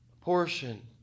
Portion